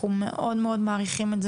אנחנו מאוד מאוד מעריכים את זה